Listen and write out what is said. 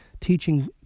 teaching